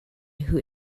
who